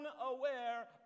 unaware